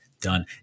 done